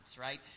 right